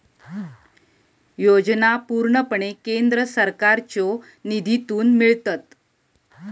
योजना पूर्णपणे केंद्र सरकारच्यो निधीतून मिळतत